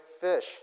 fish